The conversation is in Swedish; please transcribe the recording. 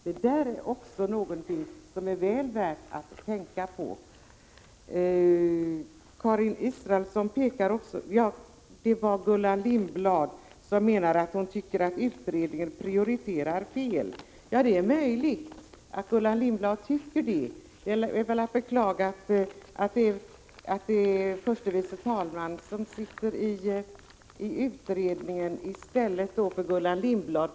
Det är också någonting som är väl värt att tänka på. Gullan Lindblad menade att utredningen prioriterar fel. Om Gullan Lindblad tycker det, är det väl för hennes skull att beklaga att det är förste vice talmannen som sitter i utredningen i stället för Gullan Lindblad.